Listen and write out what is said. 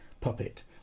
puppet